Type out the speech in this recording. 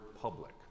public